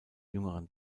jüngeren